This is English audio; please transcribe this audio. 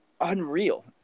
unreal